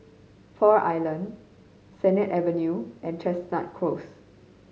Pearl Island Sennett Avenue and Chestnut Close